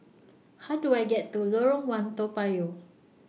How Do I get to Lorong one Toa Payoh